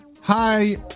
Hi